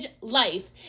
life